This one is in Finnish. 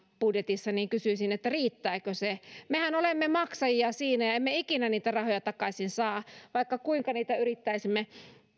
niin kysyisin riittääkö se mehän olemme maksajia siinä ja emme ikinä niitä rahoja takaisin saa vaikka kuinka niitä yrittäisimme